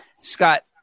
scott